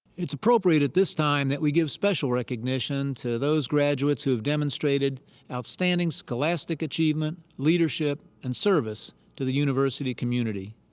it's appropriate at this time that we give special recognition to those graduates who have demonstrated outstanding scholastic achievement, leadership, and service to the university community.